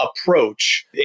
approach